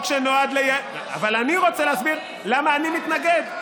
אבל אני רוצה להסביר למה אני מתנגד.